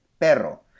perro